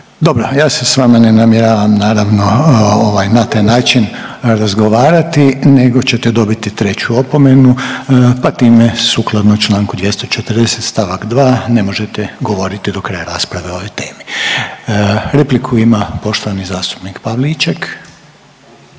Dobro. Ja se sa vama ne namjeravam naravno na taj način razgovarati, nego ćete dobiti treću opomenu pa time sukladno članku 240. stavak 2. ne možete govoriti do kraja rasprave o ovoj temi. Repliku ima poštovani zastupnik Pavliček.